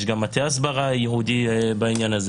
יש מטה הסברה ייעודי בעניין.